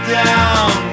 down